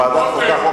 בוועדת החוקה,